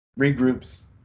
regroups